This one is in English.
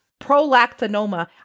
prolactinoma